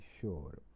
sure